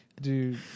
Dude